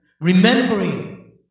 Remembering